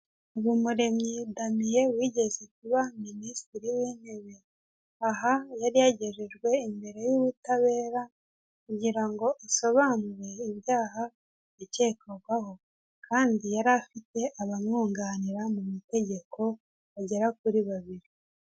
Habumuremyi Damien wigeze kuba minisitiri w'intebe aha yari yagejejwe imbere y'ubutabera kugira ngo asobanure ibyaha yakekwagaho kandi yari afite abamwunganira mu mategeko bagera kuri babiri.